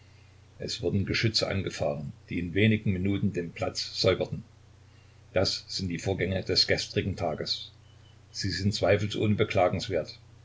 es wurden geschütze angefahren die in wenigen minuten den platz säuberten das sind die vorgänge des gestrigen tages sie sind zweifelsohne beklagenswert